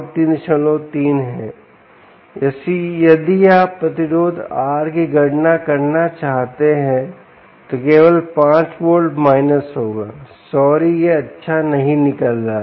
इसलिए यदि आप प्रतिरोध R की गणना करना चाहते हैं तो यह केवल 5 वोल्ट माइनस होगा सॉरी यह अच्छा नहीं निकल रहा है